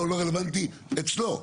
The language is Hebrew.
לא - לא רלוונטי אצלו.